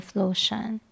lotion